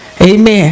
Amen